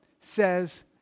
says